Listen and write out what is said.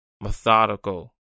methodical